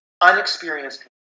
unexperienced